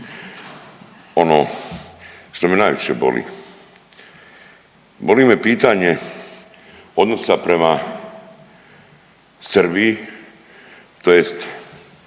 ono što me najviše boli. Boli me pitanje odnosa prema Srbiji tj.